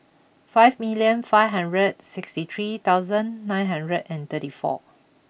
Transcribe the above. five million five hundred sixty three thousand nine hundred and thirty four